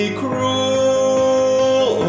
cruel